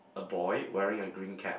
a boy wearing a green cap